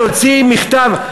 להוציא מכתב?